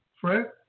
Fred